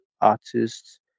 artists